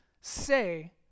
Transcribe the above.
say